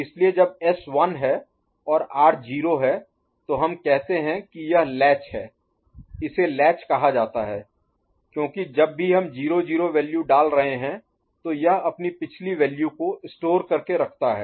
इसलिए जब S 1 है और R 0 है तो हम कहते हैं कि यह लैच है इसे लैच कहा जाता है क्योंकि जब भी हम 0 0 वैल्यू डाल रहे हैं तो यह अपनी पिछली वैल्यू को स्टोर करके रखता है